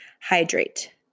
hydrate